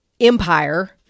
empire